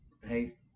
hey